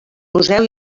poseu